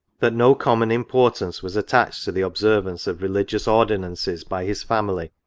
that no common importance was attached to the observance of religious ordinances by his family,